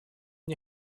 мне